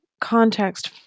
context